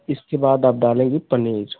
इसके बाद आप डालेंगी पनीर